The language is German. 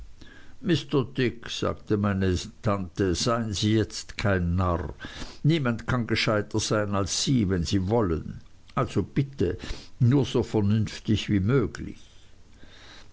mr dick sagte meine tante seien sie jetzt kein narr niemand kann gescheiter sein als sie wenn sie wollen also bitte nur so vernünftig wie möglich